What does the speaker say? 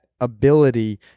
ability